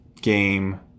game